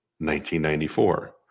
1994